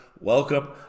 welcome